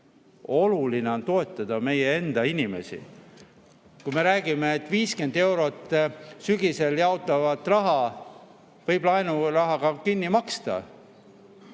Oluline on toetada meie enda inimesi. Kui me räägime, et 50 eurot sügisel jaotatavat raha võib laenurahaga kinni maksta